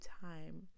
time